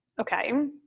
okay